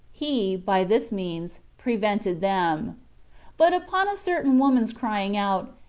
he, by this means, prevented them but upon a certain woman's crying out,